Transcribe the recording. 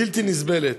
בלתי נסבלת.